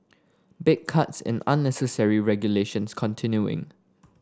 big cuts in unnecessary regulations continuing